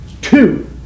Two